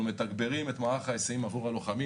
מתגברים את מערך ההיסעים עבור הלוחמים,